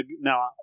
Now